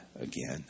again